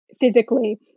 physically